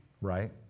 Right